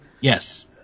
Yes